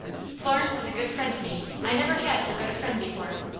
florence is a good friend to me. i never had so good a friend before.